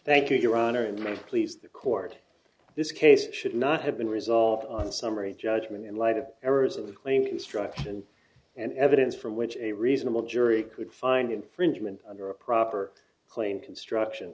thank you your honor and my pleas the court this case should not have been resolved on the summary judgment in light of errors of the claim construction and evidence from which a reasonable jury could find infringement under a proper claim construction